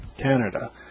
Canada